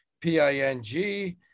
P-I-N-G